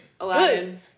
Aladdin